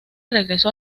regreso